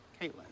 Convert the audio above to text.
Caitlin